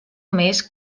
més